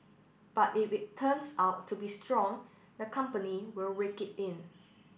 but if it turns out to be strong the company will rake it in